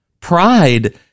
pride